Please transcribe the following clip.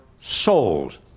souls